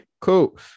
cool